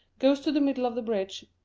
goes to the middle of the bridge,